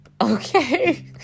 Okay